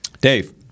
Dave